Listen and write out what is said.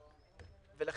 אני רוצה לראות את החומר כתוב.